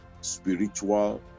spiritual